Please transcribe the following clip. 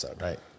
Right